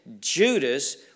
Judas